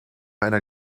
einer